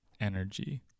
energy